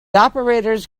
operators